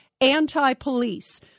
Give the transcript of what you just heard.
anti-police